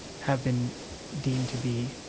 have been deemed to be,